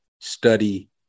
study